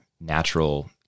natural